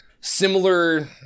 similar